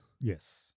Yes